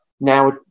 Now